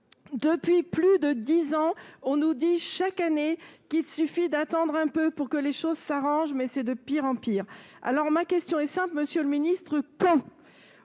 Depuis plus de dix ans, on nous dit chaque année qu'il suffit d'attendre un peu pour que les choses s'arrangent, mais c'est de pis en pis. Aussi ma question est-elle simple, monsieur le ministre : quand ?